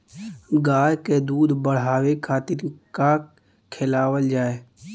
गाय क दूध बढ़ावे खातिन का खेलावल जाय?